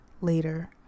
later